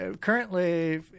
currently